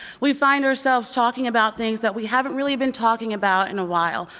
we find ourselves talking about things that we haven't really been talking about in a while,